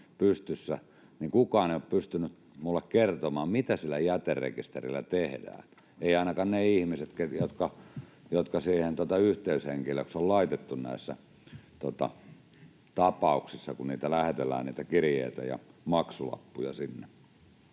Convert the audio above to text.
ollut pystyssä — pystynyt minulle kertomaan, mitä sillä jäterekisterillä tehdään, eivät ainakaan ne ihmiset, jotka siihen yhteyshenkilöksi on laitettu näissä tapauksissa, kun niitä kirjeitä ja maksulappuja